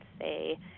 say